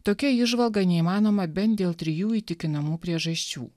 tokia įžvalga neįmanoma bent dėl trijų įtikinamų priežasčių